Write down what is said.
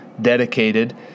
dedicated